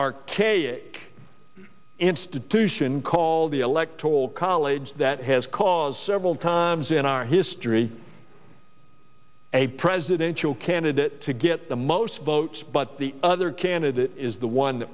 archaic institution called the electoral college that has caused several times in our history a presidential candidate to get the most votes but the other candidate is the one that